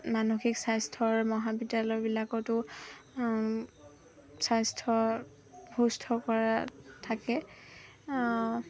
মানসিক স্বাস্থ্যৰ মহাবিদ্যালয়বিলাকতো স্বাস্থ্য সুস্থ কৰা থাকে